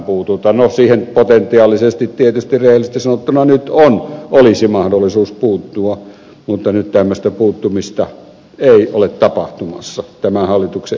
no siihen potentiaalisesti tietysti rehellisesti sanottuna nyt olisi mahdollisuus puuttua mutta tämmöistä puuttumista ei ole tapahtumassa tämän hallituksen esityksen mukaan